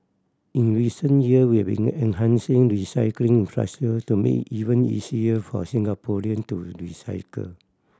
in recent year we enhancing recycling to make even easier for Singaporean to recycle